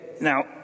now